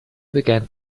began